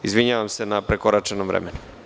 Izvinjavam se na prekoračenom vremenu.